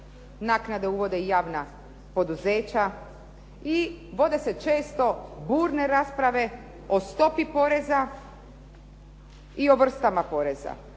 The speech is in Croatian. naknade uvode i javna poduzeća i vode se često burne rasprave o stopi poreza i o vrstama poreza.